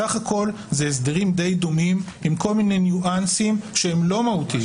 בסך הכול אלו הסדרים די דומים עם כל מיני ניואנסים לא מהותיים,